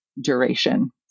duration